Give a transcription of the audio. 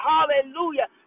Hallelujah